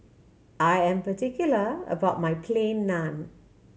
I am particular about my Plain Naan